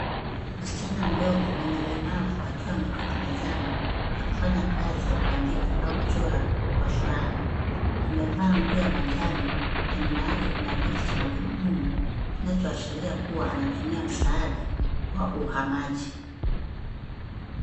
Msichana mdogo mwenye ulemavu akiwa ameketi mezani akifanya kazi ya kuandika au kuchora kwa furaha. Amevaa nguo ya manjano na nyuma yake kuna kiti cha magurudumu kinachoashiria kua anatumia msaada wa uhamaji.